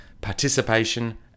participation